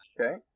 Okay